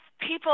People